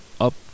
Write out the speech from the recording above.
up